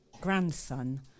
grandson